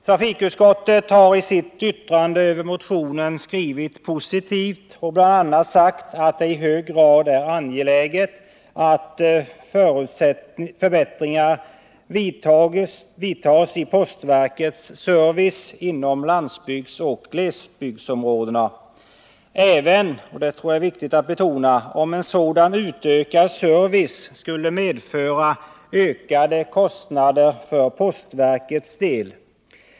Trafikutskottet har i sitt yttrande över motionen skrivit positivt och bl.a. sagt att det i hög grad är angeläget att förbättringar vidtas i postverkets service inom landsbygdsoch glesbygdsområdena, även om — och det tror jag är viktigt att betona — en sådan utökad service skulle medföra ökade kostnader för postverkets del.